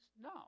No